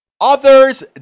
Others